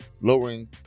Lowering